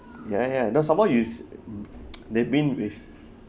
ya ya the some more you's they have been with